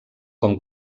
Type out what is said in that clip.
com